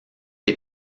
est